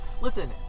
Listen